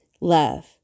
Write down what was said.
love